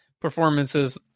performances